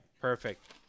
Perfect